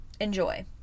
enjoy